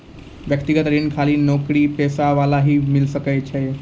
व्यक्तिगत ऋण खाली नौकरीपेशा वाला ही के मिलै छै?